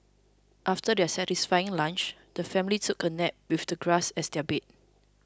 after their satisfying lunch the family took a nap with the grass as their bed